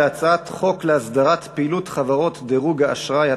הצעת חוק הביטוח הלאומי (תיקון מס' 145,